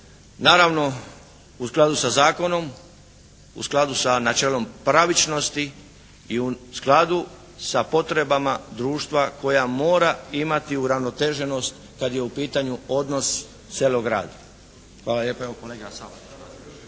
naravno u skladu sa zakonom, u skladu sa načelom pravičnosti i u skladu sa potrebama društva koja mora imati uravnoteženost kad je u pitanju odnos selo-grad. Hvala lijepa. **Šeks, Vladimir